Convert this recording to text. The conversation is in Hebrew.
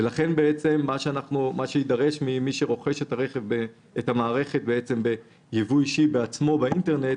ולכן מה שיידרש ממי שרוכש את המערכת בייבוא אישי בעצמו באינטרנט,